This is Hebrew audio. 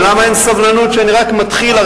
ולמה אין סבלנות כשאני רק מתחיל?